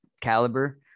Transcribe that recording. caliber